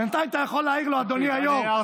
בינתיים אתה יכול להעיר לו, אדוני היו"ר.